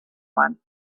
one